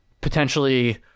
potentially